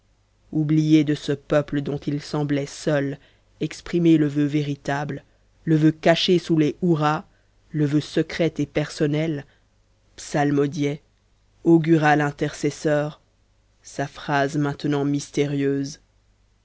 oublié de ce peuple dont il semblait seul exprimer le vœu véritable le vœu caché sous les hurrahs le vœu secret et personnel psalmodiait augural intercesseur sa phrase maintenant mystérieuse